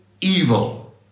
evil